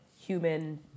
human